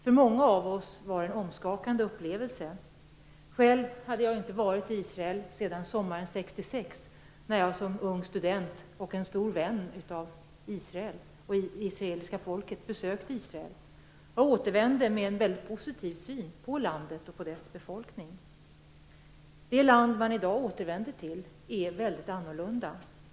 För många av oss var det en omskakande upplevelse. Själv hade jag inte varit i Israel sedan sommaren 1966, då jag som ung student och som en stor vän av Israel och det israeliska folket besökte landet. Jag återvände med en väldigt positiv syn på Israel och på dess befolkning. Men det land som man i dag återvänder till är mycket annorlunda.